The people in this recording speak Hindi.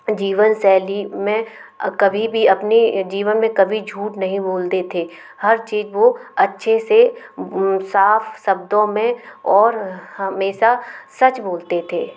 जीवनशैली में कभी भी अपने जीवन में कभी झूठ नहीं बोलते थे हर चीज़ वह अच्छे से वह साफ शब्दों में और हमेशा सच बोलते थे